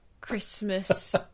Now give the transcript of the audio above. Christmas